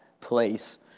place